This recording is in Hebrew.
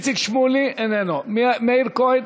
איציק שמולי, אינו נוכח, מאיר כהן,